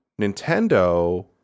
Nintendo